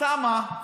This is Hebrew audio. אתה מה?